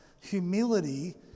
humility